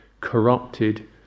corrupted